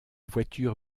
voiture